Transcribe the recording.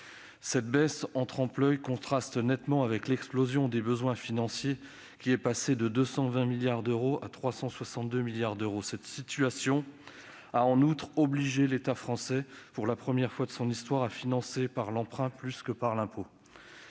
Cette baisse en trompe-l'oeil contraste nettement avec l'explosion des besoins de financement, qui sont passés de 220 milliards à 362 milliards d'euros. Cette situation a, en outre, obligé l'État français, pour la première fois de son histoire, à se financer par l'emprunt plus que par l'impôt.